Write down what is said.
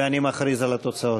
ואני מכריז על התוצאות.